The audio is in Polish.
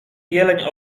jeleń